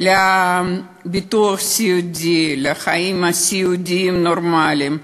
לביטוח סיעודי, לחיים סיעודיים נורמליים,